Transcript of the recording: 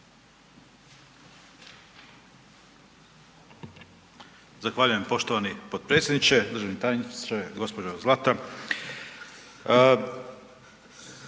Zahvaljujem poštovani potpredsjedniče, državni tajniče, gđo. Zlata.